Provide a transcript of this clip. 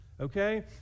Okay